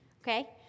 Okay